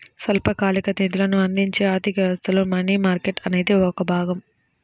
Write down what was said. స్వల్పకాలిక నిధులను అందించే ఆర్థిక వ్యవస్థలో మనీ మార్కెట్ అనేది ఒక భాగం